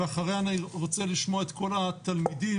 ואחריה אני רוצה לשמוע את קול התלמידים